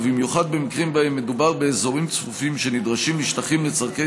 ובמיוחד במקרים שבהם מדובר באזורים צפופים שנדרשים לשטחים לצורכי